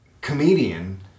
comedian